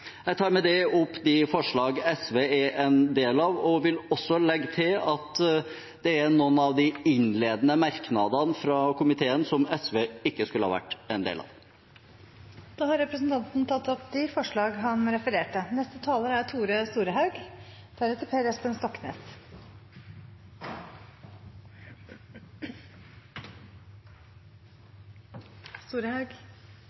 Jeg tar med det opp de forslagene SV er med på, og vil legge til at det er noen av de innledende merknadene fra komiteen som SV ikke skulle ha vært en del av. Representanten Lars Haltbrekken har tatt opp de forslagene han refererte til. Norske havområde må forvaltast i eit heilskapleg, økosystembasert perspektiv. Det er